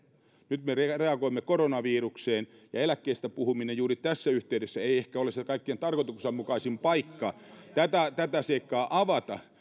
nyt me reagoimme koronavirukseen ja eläkkeistä puhuminen juuri tässä yhteydessä ei ehkä ole se kaikkein tarkoituksenmukaisin paikka tätä tätä seikkaa avata